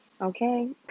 okay